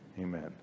Amen